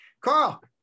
Carl